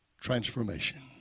transformation